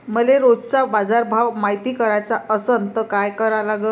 मले रोजचा बाजारभव मायती कराचा असन त काय करा लागन?